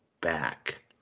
back